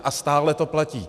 A stále to platí.